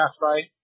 right